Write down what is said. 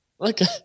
okay